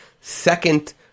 second